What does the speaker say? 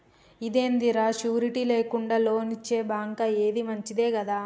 ఇదేందిరా, షూరిటీ లేకుండా లోన్లిచ్చే బాంకా, ఏంది మంచిదే గదా